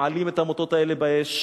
מעלים את המוטות האלה באש.